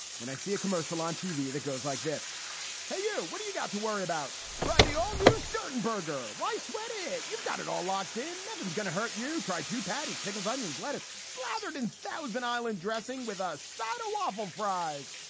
when i see a commercial on tv that goes like this hey, you. what do you got to worry about? try the all news certain burger. why sweat it? you've got it all locked in. nothing's gonna hurt. you tried to pattiz pickles, onions, lettuce slathered in thousand island dressing with a side of waffle fries.